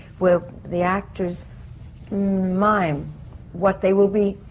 where the actors mime what they will be.